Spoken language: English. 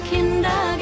Kinder